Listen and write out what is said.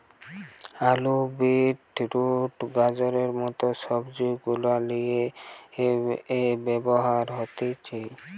আলু, beetroot, গাজরের মত সবজি গুলার লিয়ে ব্যবহার হতিছে